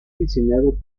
diseñado